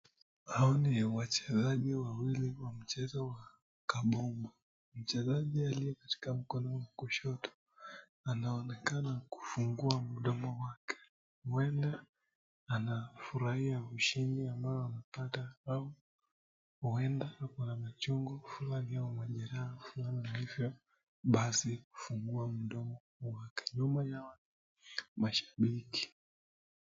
Haoni wachezaji wawili wa mchezo wa Kabumbu. Mchezaji aliye katika mkono wa kushoto anaonekana kufungua mdomo wake. Huenda anafurahia ushindi ambao wamepata au huenda anakuwa na machungu fulani au majeraha fulani, ndio maana basi afungua mdomo wake nyuma yao mashabiki.